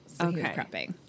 Okay